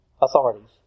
authorities